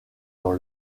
dans